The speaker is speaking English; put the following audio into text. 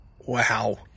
Wow